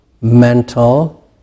mental